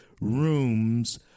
rooms